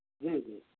हूॅं हूॅं